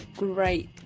great